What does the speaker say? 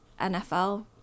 NFL